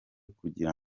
kugira